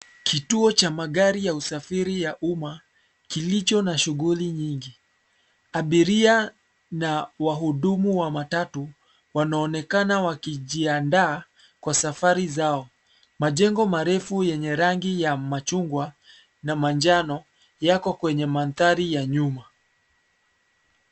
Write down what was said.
Kituo cha magari ya usafiri ya umma kilicho na shughuli nyingi. Abiria na wahudumu wa matatu wanaonekana wakijiandaa kwa safari zao. Majengo marefu yenye rangi ya machungwa na manjano yako kwenye mandhari ya nyuma.